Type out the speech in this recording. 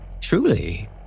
Truly